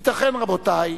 ייתכן, רבותי,